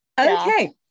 okay